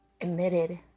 emitted